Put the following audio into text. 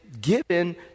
given